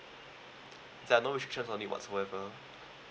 there are no restrictions or whatsoever